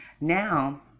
Now